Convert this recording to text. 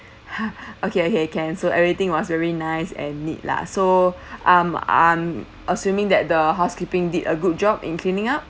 okay okay can so everything was very nice and neat lah so I'm I'm assuming that the housekeeping did a good job in cleaning up